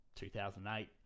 2008